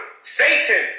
satan